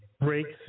breaks